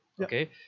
Okay